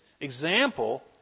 example